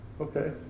Okay